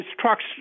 trucks